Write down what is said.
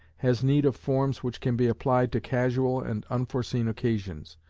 has need of forms which can be applied to casual and unforeseen occasions.